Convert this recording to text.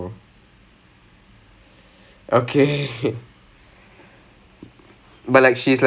I was like oh my okay can then then then I asked is maria person abundantly